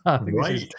Right